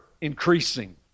increasing